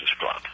club